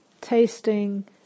tasting